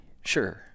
Sure